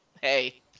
hey